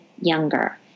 younger